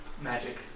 magic